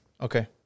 Okay